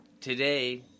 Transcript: Today